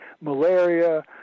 malaria